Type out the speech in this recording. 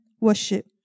worship